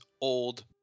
old